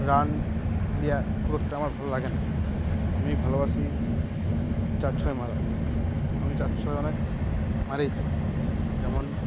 run খুব একটা আমার ভালো লাগে নেই আমি ভালোবাসি চার ছয় মারা আমি চার ছয় অনেক মেরেই থাকি যেমন